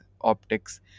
optics